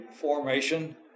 formation